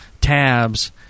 tabs